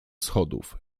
schodów